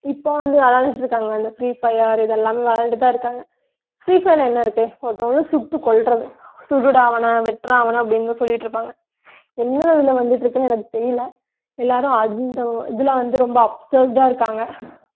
இப்போ வந்து விளையாண்டுட்டு இருக்காங்க அந்த ஃப்ரீ ஃபயர் இதெல்லாமே விளையாண்டுட்டு தான் இருக்காங்க ஃப்ரீ ஃபயரில் என்ன இருக்குது ஒருத்தவனை சுட்டுக்கொல்கிறது சுடுடா அவனை வெட்டுரா அவனை அப்படினுன்னு தான் சொல்லிகிட்ருப்பாங்க என்ன இதில் வந்துகிட்டுருக்குனு எனக்கு தெரியலை எல்லாேரும் அந்த இதில் வந்து ரொம்ப அப்செஸ்டாக இருக்காங்க